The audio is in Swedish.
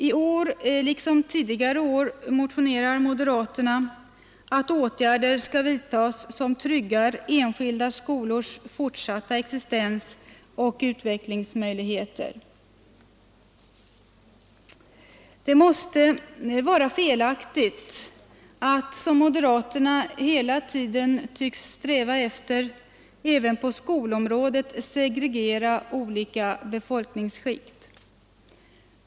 I år liksom tidigare år motionerar moderaterna om att åtgärder skall vidtas som tryggar enskilda skolors fortsatta existens och utvecklingsmöjligheter. Det måste vara felaktigt att, som moderaterna hela tiden tycks sträva efter, även på skolområdet segregera olika befolkningsskikt.